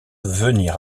venir